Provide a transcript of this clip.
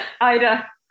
Ida